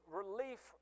relief